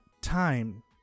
time